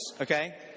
okay